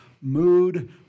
mood